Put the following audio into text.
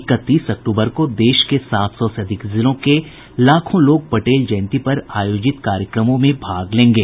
इकतीस अक्तूबर को देश के सात सौ से भी अधिक जिलों के लाखों लोग पटेल जयंती पर आयोजित कार्यक्रमों में भाग लेंगे